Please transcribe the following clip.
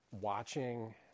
watching